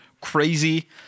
crazy